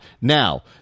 Now